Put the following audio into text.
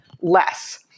less